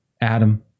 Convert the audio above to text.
Adam